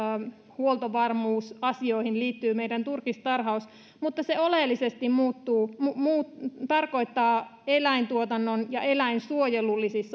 huoltovarmuusasioihin liittyy meidän turkistarhaus mutta se oleellisesti tarkoittaa eläintuotannon ja eläinsuojelullisia